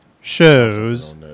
shows